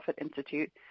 institute